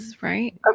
Right